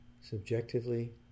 Subjectively